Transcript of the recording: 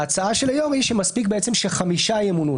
ההצעה של היום היא שמספיק שחמישה ימונו.